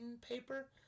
paper